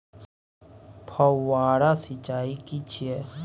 फव्वारा सिंचाई की छिये?